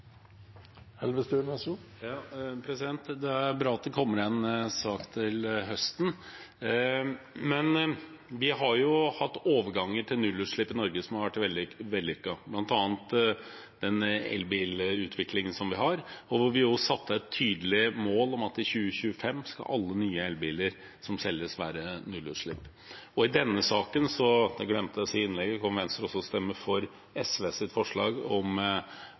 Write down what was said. bra at det kommer en sak til høsten, men vi har hatt overganger til nullutslipp i Norge som har vært veldig vellykkete, bl.a. den elbilutviklingen vi har, hvor vi satte et tydelig mål om at i 2025 skal alle nye elbiler som selges være nullutslippsbiler. I denne saken, det glemte jeg å si i innlegget, kommer Venstre også til å stemme for SVs forslag om